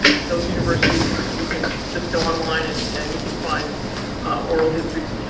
those universities. you can just go online and and you can find oral histories.